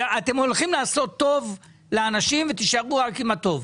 אתם הולכים לעשות טוב לאנשים, ותישארו רק עם הטוב.